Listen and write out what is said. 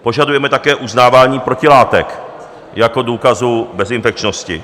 Požadujeme také uznávání protilátek jako důkazu bezinfekčnosti.